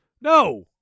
No